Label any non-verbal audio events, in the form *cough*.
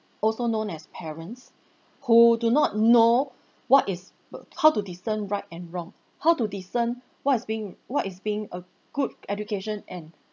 also known as parents who do not know *breath* what is how to discern right and wrong how to discern what's being what is being a good education and